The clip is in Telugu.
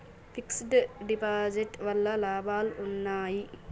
ఫిక్స్ డ్ డిపాజిట్ వల్ల లాభాలు ఉన్నాయి?